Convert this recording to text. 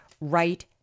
right